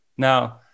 Now